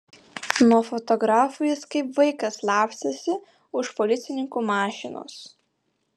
nuo fotografų jis kaip vaikas slapstėsi už policininkų mašinos